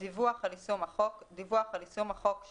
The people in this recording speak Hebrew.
"דיווח על יישום החוק" דיווח על יישום החוק,